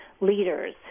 leaders